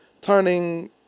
turning